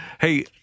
Hey